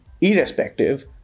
irrespective